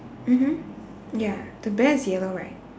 mmhmm ya the bear is yellow right